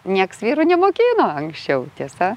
nieks vyrų nemokino anksčiau tiesa